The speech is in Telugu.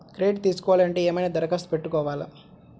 క్రెడిట్ తీసుకోవాలి అంటే ఏమైనా దరఖాస్తు పెట్టుకోవాలా?